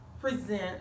present